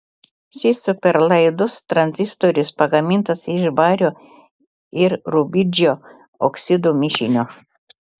šis superlaidus tranzistorius pagamintas iš bario ir rubidžio oksidų mišinio